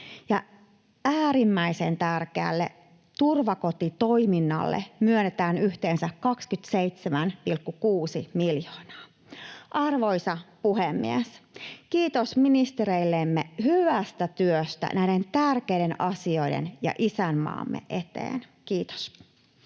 äärimmäisen tärkeälle turvakotitoiminnalle myönnetään yhteensä 27,6 miljoonaa. Arvoisa puhemies! Kiitos ministereillemme hyvästä työstä näiden tärkeiden asioiden ja isänmaamme eteen. — Kiitos.